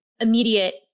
immediate